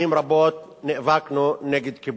ואם אתה נגד התנחלויות,